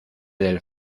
del